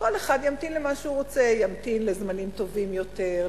כל אחד ימתין למה שהוא רוצה: ימתין לזמנים טובים יותר,